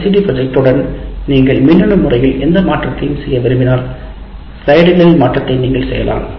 LCD ப்ரொஜெக்டருடன் நீங்கள் மின்னணு முறையில் எந்த மாற்றத்தையும் செய்ய விரும்பினால் ஸ்லைடுகளில் மாற்றத்தை நீங்கள் செய்யலாம்